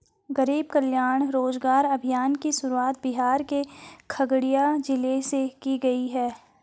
गरीब कल्याण रोजगार अभियान की शुरुआत बिहार के खगड़िया जिले से की गयी है